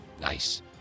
Nice